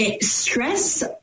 stress